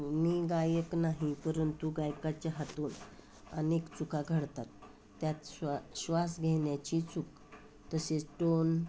मी गायक नाही परंतु गायकाच्या हातून अनेक चुका घडतात त्यात श्वा श्वास घेण्याची चूक तसेच टोन